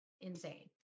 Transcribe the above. insane